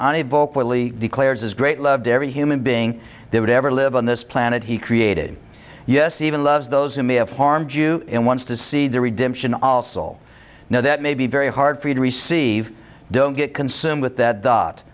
vocally declares his great love every human being they would ever live on this planet he created yes even loves those who may have harmed you and wants to see the redemption also all know that may be very hard for you to receive don't get consumed with that th